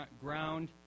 ground